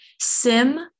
Sim